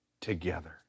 together